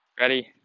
ready